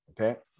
okay